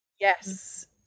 yes